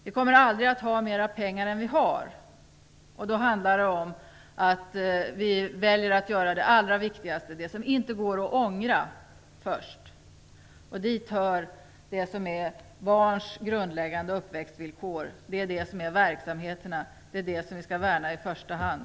Vi kommer aldrig att ha mer pengar än vi har. Då handlar det om att vi väljer att göra det allra viktigaste först, det som inte går att ångra. Dit hör det som är barns grundläggande uppväxtvillkor. Det är det som är verksamheterna. Det är dem vi skall värna i första hand.